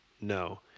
No